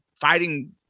fighting